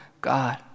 God